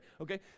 Okay